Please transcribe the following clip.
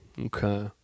Okay